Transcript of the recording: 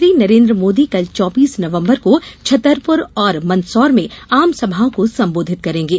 प्रधानमंत्री नरेन्द्र मोदी कल चौबीस नवंबर को छतरपुर और मंदसौर में आमसभाओं को संबोधित करेगें